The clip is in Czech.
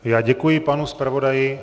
Já děkuji panu zpravodaji.